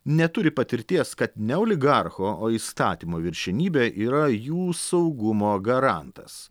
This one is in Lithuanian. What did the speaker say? neturi patirties kad ne oligarcho o įstatymo viršenybė yra jų saugumo garantas